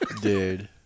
Dude